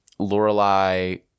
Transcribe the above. Lorelai